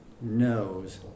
knows